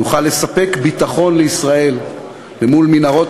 נוכל לספק ביטחון לישראל אל מול מנהרות